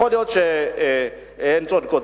יכול להיות שהן צודקות.